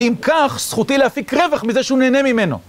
אם כך, זכותי להפיק רווח מזה שהוא נהנה ממנו.